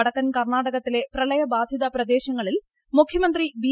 വടക്കൻ കർണാടകത്തിലെ പ്രളയ ബാധിത പ്രദേശങ്ങളിൽ മുഖ്യമന്ത്രി ബി